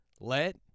Let